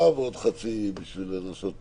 ננעלה בשעה